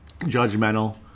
judgmental